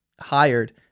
hired